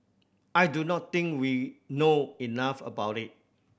I do not think we know enough about it